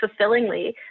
fulfillingly